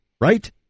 right